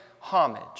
Homage